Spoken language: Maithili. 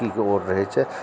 की रहै छै